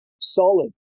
solid